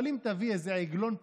אבל אם תביא איזה עגלון פשוט,